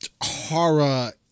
horror